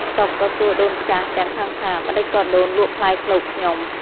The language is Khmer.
សុខក៏សួរដូនចាស់ទាំងខឹងថា “ម្តេចក៏ដូនលក់ផ្លែឃ្លោកខ្ញុំ?”។